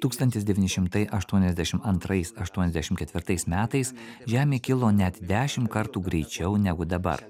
tūkstantis devyni šimtai aštuoniasdešim antrais aštuoniasdešim ketvirtais metais žemė kilo net dešim kartų greičiau negu dabar